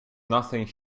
nothing